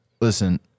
listen